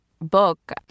book